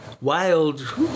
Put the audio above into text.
wild